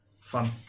fun